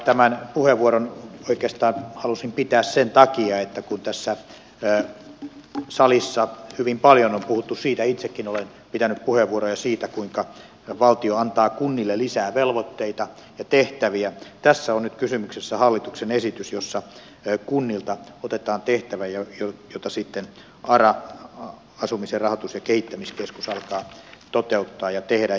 tämän puheenvuoron halusin pitää oikeastaan sen takia että kun tässä salissa hyvin paljon on puhuttu siitä itsekin olen pitänyt puheenvuoroja siitä kuinka valtio antaa kunnille lisää velvoitteita ja tehtäviä niin tässä on nyt kysymyksessä hallituksen esitys jossa kunnilta otetaan tehtävä jota sitten ara asumisen rahoitus ja kehittämiskeskus alkaa toteuttaa ja tehdä